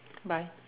bye